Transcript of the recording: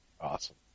Awesome